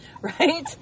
Right